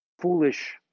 foolish